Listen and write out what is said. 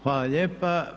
Hvala lijepa.